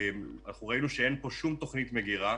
ראינו שאין פה שום תוכנית מגירה.